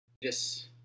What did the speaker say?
Yes